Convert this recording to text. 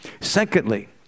secondly